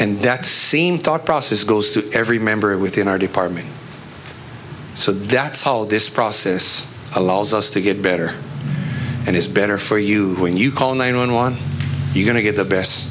and that seemed thought process goes to every member within our department so that's all this process allows us to get better and it's better for you when you call nine one one you're going to get the best